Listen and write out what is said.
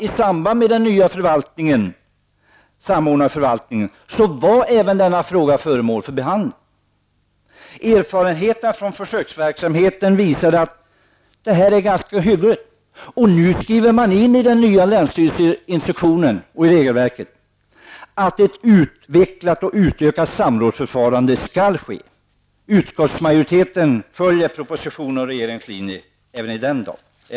I samband med behandlingen av förslaget till ny, samordnad länsförvaltning var även denna fråga föremål för behandling. Erfarenheten från försöksverksamheten visade att det här är ganska hyggligt. Nu skriver man in i den nya länsstyrelseinstruktionen och i regelverket att ett utökat samrådsförfarande skall komma till stånd. Utskottsmajoriteten följer regeringens linje även i dag.